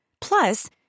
Plus